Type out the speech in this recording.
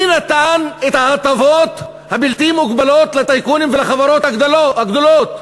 מי נתן את ההטבות הבלתי-מוגבלות לטייקונים ולחברות הגדולות?